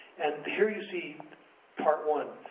and here you see part one,